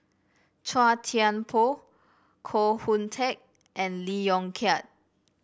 Chua Thian Poh Koh Hoon Teck and Lee Yong Kiat